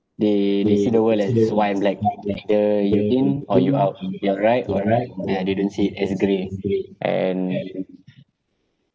they they see the world as one like either you in or you out you're right ah they don't see it as grey and